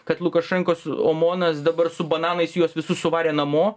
kad lukašenkos omonas dabar su bananais juos visus suvarė namo